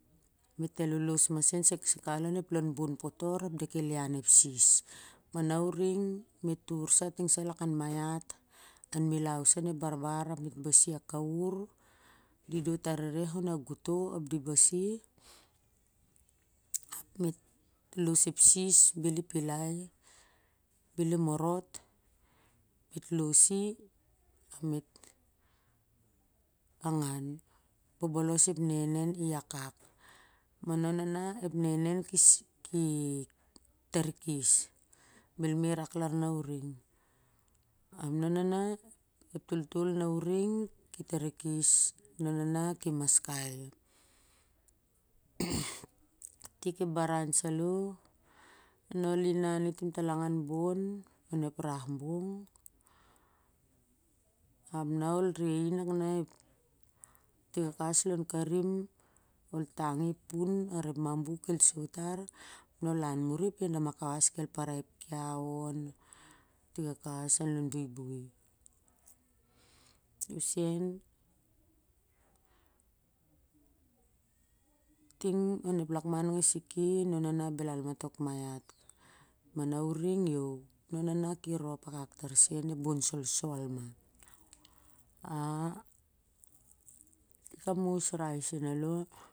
Lolos masen sai kawas lon bon potor ap de kel ian ep sis ma na u ring met tar sa ting lakan maiat han milau sa on ep barbar basi a kawas ap di dot a rereh on a getoh basi ap met los ep sis bel i pilai be li morot met los i ap met angan bobolos ep nenen i wakak ma rawna ki tarikis bel mi rak lan na uring. Man newna ep totol na uring ki tarikis tik ep barhan na ol inan it timtalong an bon on ep rar bong ap na ol re i nak na ep nakes sai kawas no karim ol tong ep pun or ep maboo nol inan muti ap da ma kawas kel parai kiaw tar tiga kawas long buibui isam ting on ep lakman agsik i na naw na belal ma tok maiat naw na ki rop akak tar sen ep bon solsol na.